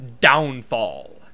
downfall